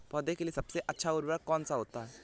पौधे के लिए सबसे अच्छा उर्वरक कौन सा होता है?